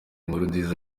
nkurunziza